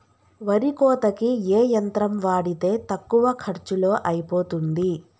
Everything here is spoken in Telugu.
వరి కోతకి ఏ యంత్రం వాడితే తక్కువ ఖర్చులో అయిపోతుంది?